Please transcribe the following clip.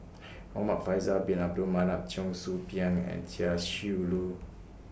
Muhamad Faisal Bin Abdul Manap Cheong Soo Pieng and Chia Shi Lu